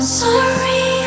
sorry